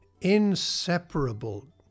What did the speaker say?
inseparable